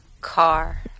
car